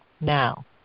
now